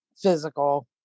physical